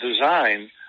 design